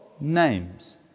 names